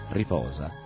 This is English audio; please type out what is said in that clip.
riposa